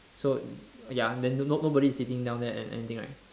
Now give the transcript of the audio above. so ya then no~ no~ nobody is sitting down there or anything right